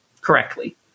correctly